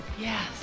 Yes